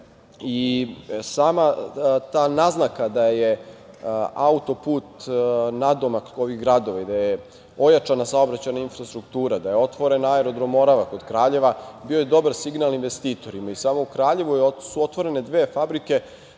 Sama ta naznaka da je auto-put nadomak ovih gradova i da je pojačana saobraćajna infrastruktura, da je otvoren aerodrom „Morava“ kod Kraljeva, bio je dobar signal investitorima i u samom Kraljevu su otvorene dve fabrike